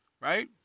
Right